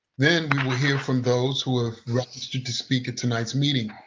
then we will hear from those who have registered to speak at tonight's meeting.